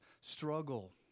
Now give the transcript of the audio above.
struggle